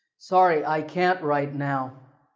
sorry, i can't right now.